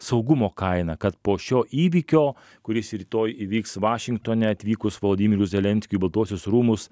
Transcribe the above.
saugumo kaina kad po šio įvykio kuris rytoj įvyks vašingtone atvykus volodymyrui zelenskiui į baltuosius rūmus